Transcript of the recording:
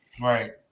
Right